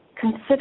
Consider